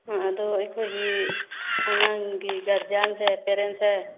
ꯑꯗꯨ ꯑꯩꯈꯣꯏꯒꯤ ꯑꯉꯥꯡꯒꯤ ꯒꯥꯔꯖꯤꯌꯥꯟꯁꯦ ꯄꯦꯔꯦꯟꯁꯦ